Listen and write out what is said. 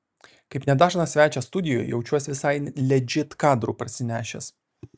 kaip nedažnas svečias studijoj jaučiuos visai ledžit kadrų parsinešęs